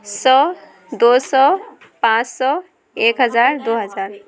سو دو سو پانچ سو ایک ہزار دو ہزار